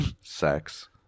Sex